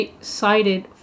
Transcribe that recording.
cited